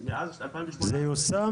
--- זה יושם?